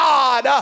God